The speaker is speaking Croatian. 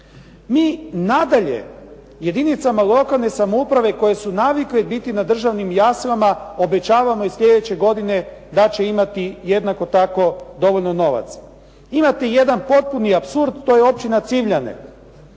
Mi nadalje jedinicama lokalne samouprave koje su navikle biti na državnim jaslama obećavamo i slijedeće godine da će imati jednako tako dovoljno novaca. Imate jedan potpuni apsurd, to je općina Civljane.